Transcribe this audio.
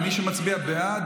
מי שמצביע בעד,